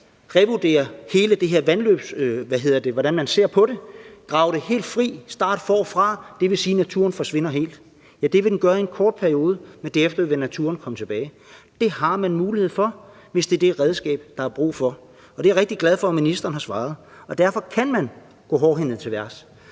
er at lave et profilvandløb, altså revurdere, hvordan man ser på det, grave det helt fri og starte forfra, så har man mulighed for det. Det vil sige, at naturen forsvinder helt. Ja, det vil den gøre en kort periode, men derefter vil naturen komme tilbage. Det har man mulighed for, hvis det er det redskab, der er brug for. Det er jeg rigtig glad for at ministeren har svaret. Derfor kan man gå hårdhændet til værks.